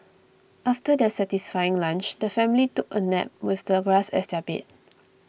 after their satisfying lunch the family took a nap with the grass as their bed